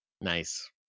nice